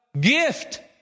gift